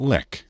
Lick